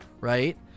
right